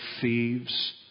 thieves